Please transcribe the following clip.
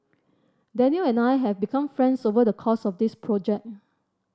Danial and I have become friends over the course of this project